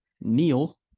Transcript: Neil